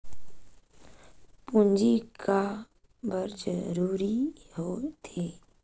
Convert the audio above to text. पूंजी का बार जरूरी हो थे?